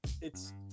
it's-